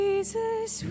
Jesus